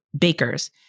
bakers